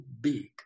big